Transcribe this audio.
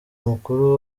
mukuru